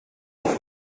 dute